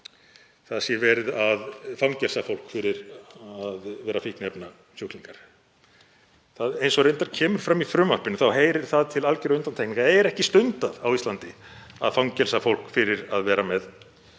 það sé verið að fangelsa fólk fyrir að vera fíkniefnasjúklingar. Það kemur reyndar fram í frumvarpinu að það heyrir til algjörra undantekninga, það er ekki stundað á Íslandi að fangelsa fólk fyrir að vera með